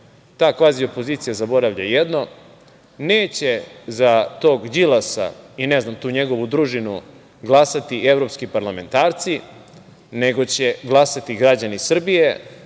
Ta kvazi opozicija zaboravlja jedno, neće za tog Đilasa i ne znam tu njegovu družinu, glasati evropski parlamentarci, nego će glasati građani Srbije,